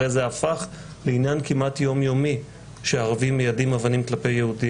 הרי זה הפך לעניין כמעט יומיומי שערבים מיידים אבנים כלפי יהודים.